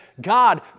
God